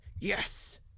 yes